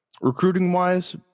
Recruiting-wise